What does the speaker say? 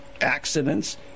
accidents